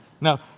No